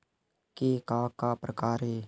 के का का प्रकार हे?